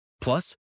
Plus